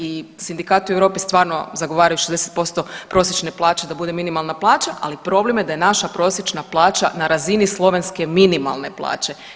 I sindikati u Europi stvarno zagovaraju 60% prosječne plaće da bude minimalna plaća, ali problem je da je naša prosječna plaća na razini slovenske minimalne plaće.